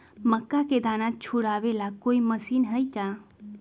मक्का के दाना छुराबे ला कोई मशीन हई का?